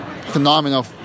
phenomenal